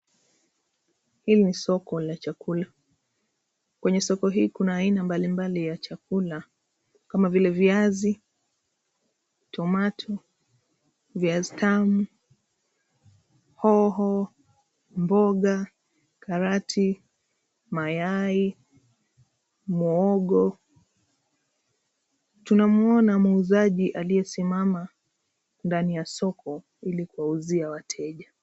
Hii ni soko la chakula, kwenye soko hii kuna aina mbalimbali ya chakula kama vile viazi, tomato ,viazi tamu, hoho, mboga, karati ,mayai, muhogo. Tunamuona muuzaji mmoja aliyesimama ndani ya soko ili kuwauzia wateja.